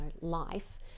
life